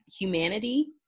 humanity